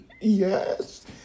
Yes